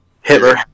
Hitler